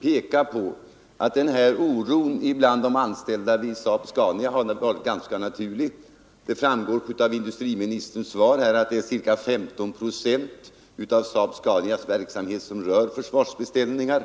peka på att oron bland de anställda vid SAAB-Scania har varit ganska naturlig. Det framgår av industriministerns svar att 15 procent av företagets verksamhet rör försvarsbeställningar.